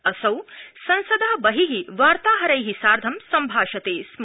असौ संसद बहि वार्ताहरै सार्ध सम्भाषते स्म